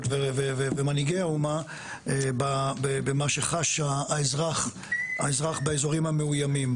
ומנהיגי האומה במה שחש האזרח באזורים המאוימים.